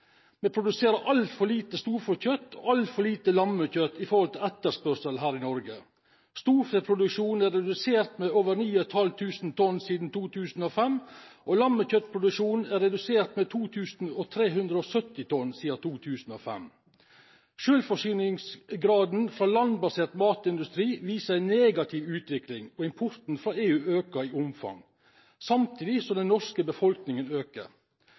Vi produserer altfor lite storfekjøtt og altfor lite lammekjøtt i forhold til etterspørselen her i Norge. Storfeproduksjonen er redusert med over 9 500 tonn siden 2005, og lammekjøttproduksjonen er redusert med 2 370 tonn siden 2005. Selvforsyningsgraden fra landbasert matindustri viser en negativ utvikling, og importen fra EU øker i omfang, samtidig som den norske befolkningen øker.